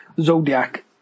Zodiac